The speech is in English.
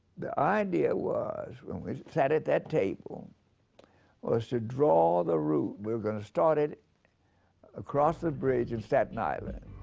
the idea was when we sat at that table was to draw the route. we were gonna start it across the bridge in staten island.